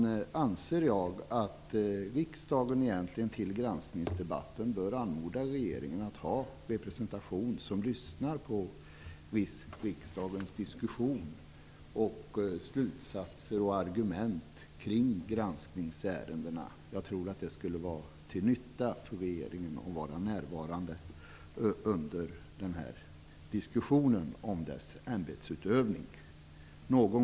Jag anser att riksdagen egentligen inför granskningsdebatten bör anmoda regeringen att ha en representation här som lyssnar på riksdagens diskussioner, slutsatser och argument kring granskningsärendena. Jag tror att det skulle vara till nytta för regeringen om den var närvarande under diskussionen om dess ämbetsutövning.